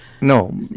no